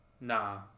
Nah